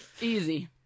Easy